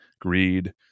greed